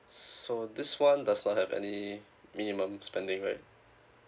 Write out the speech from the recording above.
so this [one] does not have any minimum spending right